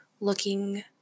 looking